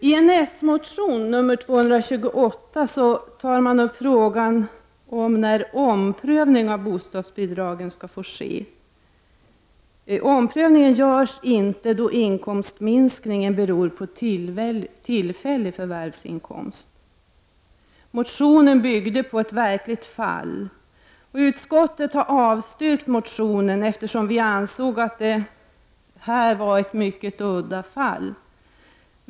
I den socialdemokratiska motionen Bo228 tar man upp frågan om när en omprövning av bostadsbidragen skall få ske. Omprövningen görs inte då inkomstminskningen beror på tillfällig förvärvsinkomst. Motionen bygger på ett verkligt fall. Utskottsmajoriteten har avstyrkt motionen, eftersom man ansåg att det var fråga om ett mycket udda fall.